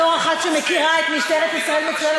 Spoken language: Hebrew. בתור אחת שמכירה את משטרת ישראל מצוין,